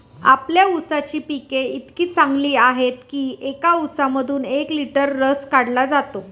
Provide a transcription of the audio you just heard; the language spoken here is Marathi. आपल्या ऊसाची पिके इतकी चांगली आहेत की एका ऊसामधून एक लिटर रस काढला जातो